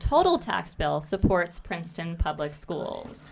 total tax bill supports princeton public schools